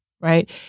right